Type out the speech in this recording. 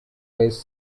west